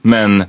Men